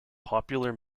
popular